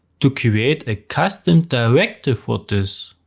to create a custom directive for this.